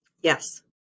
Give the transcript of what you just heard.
Yes